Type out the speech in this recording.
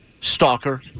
Stalker